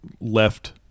left